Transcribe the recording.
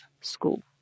school